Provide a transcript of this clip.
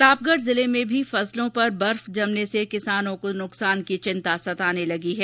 प्रतापगढ़ जिले में भी फसलो पर वर्फ जमने से किसानों को नुकसान की चिंता सताने लगी है